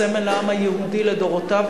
סמל העם היהודי לדורותיו,